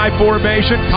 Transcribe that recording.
formation